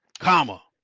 comma.